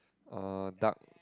uh duck